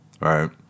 right